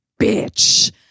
bitch